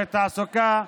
אזורי תעסוקה,